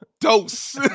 Dose